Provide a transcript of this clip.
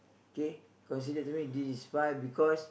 K considered to me this is five because